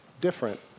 different